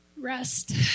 Rest